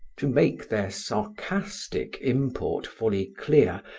to make their sarcastic import fully clear,